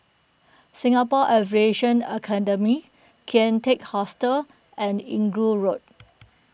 Singapore Aviation Academy Kian Teck Hostel and Inggu Road